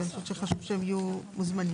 ואני חושבת שחשוב שהם יהיו מוזמנים.